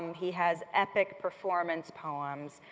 um he has epic performance poems